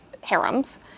harems